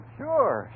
sure